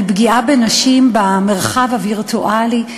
על פגיעה בנשים במרחב הווירטואלי.